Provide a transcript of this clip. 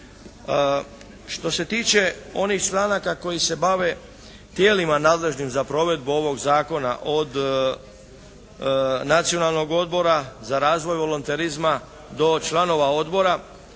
Što se tiče onih članaka koji se bave tijelima nadležnim za provedbu ovog zakona od Nacionalnog odbora za razvoj volonterizma do članova odbora